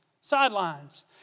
Sidelines